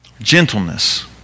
Gentleness